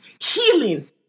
Healing